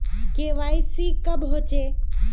KYC कब होचे?